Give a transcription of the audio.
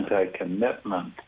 anti-commitment